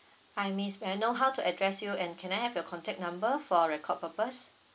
hi miss may I know how to address you and can I have your contact number for record purpose